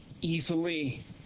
easily